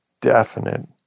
definite